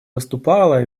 выступала